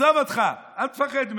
עזוב אותך, אל תפחד מהם.